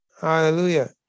Hallelujah